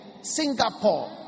Singapore